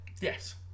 Yes